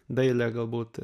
dailė galbūt